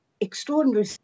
extraordinary